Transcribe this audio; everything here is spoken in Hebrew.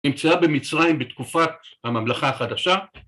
נמצאה במצרים בתקופת הממלכה החדשה.